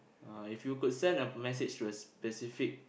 uh if you could send a message to a specific